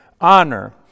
honor